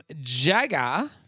Jagger